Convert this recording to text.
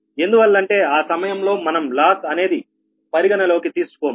ఎందువల్ల అంటే ఆ సమయంలో మనం లాస్ అనేది పరిగణనలోకి తీసుకోము